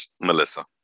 Melissa